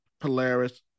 Polaris